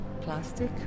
plastic